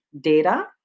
data